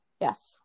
Yes